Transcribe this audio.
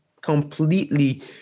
completely